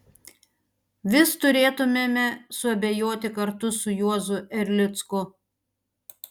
vis turėtumėme suabejoti kartu su juozu erlicku